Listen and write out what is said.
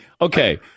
Okay